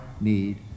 need